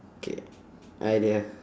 K idea